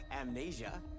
amnesia